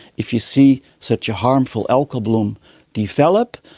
if you see such a harmful algal bloom develop,